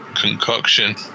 concoction